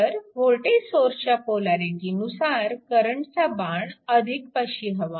तर वोल्टेज सोर्सच्या पोलॅरिटीनुसार करंटचा बाण पाशी हवा